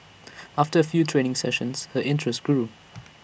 after A few training sessions her interest grew